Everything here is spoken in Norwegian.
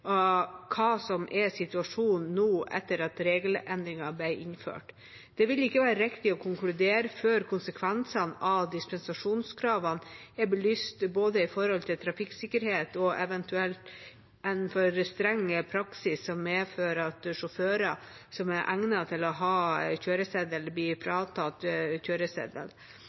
hva som er situasjonen nå etter at regelendringen ble innført. Det vil ikke være riktig å konkludere før konsekvensene av de spesifikasjonskravene er blitt belyst, både med hensyn til trafikksikkerhet og en eventuelt for streng praksis som medfører at sjåfører som er egnet til å ha kjøreseddel, blir fratatt